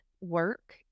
work